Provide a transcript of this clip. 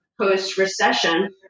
post-recession